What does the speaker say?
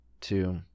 two